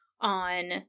on